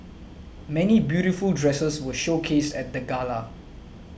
many beautiful dresses were showcased at the gala